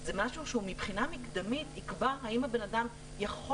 זה משהו שמבחינה מקדמית יקבע האם האדם יכול